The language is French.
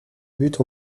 buts